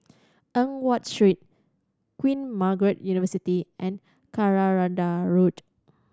Eng Watt Street Queen Margaret University and Jacaranda Road